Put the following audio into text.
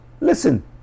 Listen